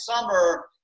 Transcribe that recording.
summer